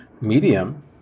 medium